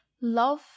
Love